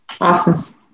Awesome